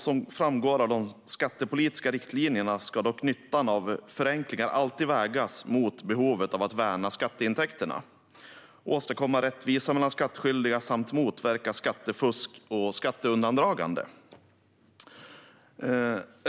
Som framgår av de skattepolitiska riktlinjerna ska dock nyttan av förenklingar alltid vägas mot behovet av att värna skatteintäkterna, åstadkomma rättvisa mellan skattskyldiga samt motverka skattefusk och skatteundandragande.